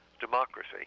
democracy